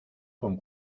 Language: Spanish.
con